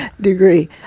degree